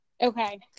okay